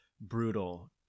brutal